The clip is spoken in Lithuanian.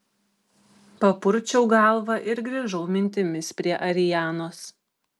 papurčiau galvą ir grįžau mintimis prie arianos